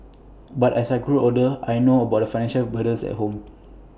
but as I grew older I knew about the financial burdens at home